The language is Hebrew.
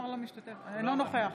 נוכח